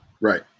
Right